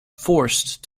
forced